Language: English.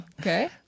Okay